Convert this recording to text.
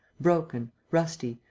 broken, rusty,